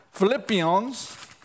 Philippians